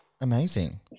amazing